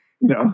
No